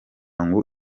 ngo